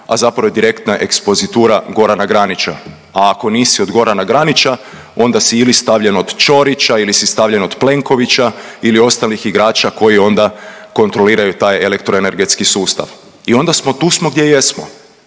a zapravo je direktna ekspozitura Gorana Granića, a ako nisi od Gorana Granića onda si ili stavljen od Ćorića ili stavljen od Plenkovića ili ostalih igrača koji onda kontroliraju taj elektroenergetski sustav i onda smo tu gdje jesmo.